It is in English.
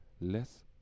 less